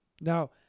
Now